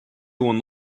when